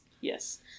yes